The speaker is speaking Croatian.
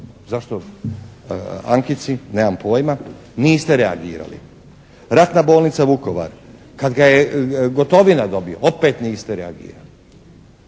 Zašto Ankici, nemam pojma. Niste reagirali. Ratna bolnica Vukovar. Kad ga je Gotovina dobio, opet niste reagirali.